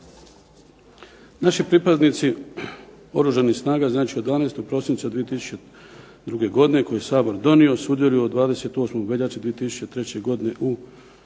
Naši pripadnici Oružanih snaga, znači od 12. prosinca 2002. godine koju je Sabor donio sudjeluju od 28. veljače 2003. godine u